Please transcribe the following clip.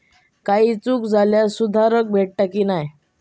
काही चूक झाल्यास सुधारक भेटता की नाय?